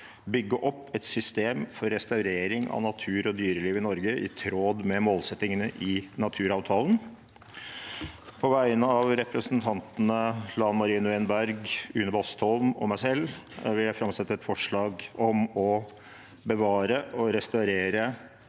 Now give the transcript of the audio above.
bygge opp systemet for restaurering av natur og dyreliv i Norge i tråd med målsettingene i naturavtalen. På vegne av representantene Lan Marie Nguyen Berg, Une Bastholm og meg selv vil jeg framsette et forslag om å bevare og restaurere